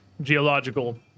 geological